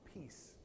peace